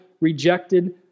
rejected